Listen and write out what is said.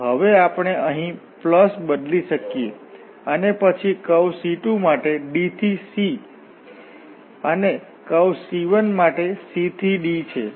તો હવે આપણે અહીં પ્લસ બદલી શકીએ અને પછી કર્વ C2 માટે d થી c અને કર્વ C1 માટે c થી d છે